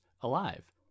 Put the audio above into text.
alive